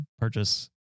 purchase